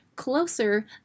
closer